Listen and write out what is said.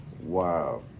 Wow